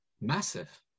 Massive